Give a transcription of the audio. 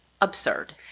absurd